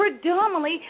predominantly